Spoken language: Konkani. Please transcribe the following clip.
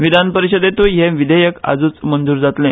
विधान परिशदेतूय हे विधेयक आजूच मंजूर जातले